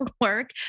work